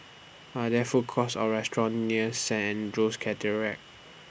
Are There Food Courts Or restaurants near Saint Andrew's Cathedral